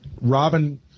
Robin